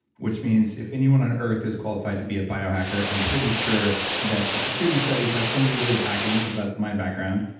which means if anyone on earth is qualified to be a biohacker, i'm pretty sure that the security studies has something to do with hacking because that's my background,